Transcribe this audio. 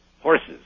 Horses